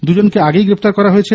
দুজনকে আগেই গ্রেপ্তার করা হয়েছে